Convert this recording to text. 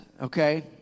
okay